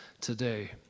today